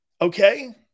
Okay